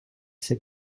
ses